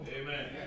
Amen